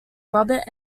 robert